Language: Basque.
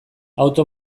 auto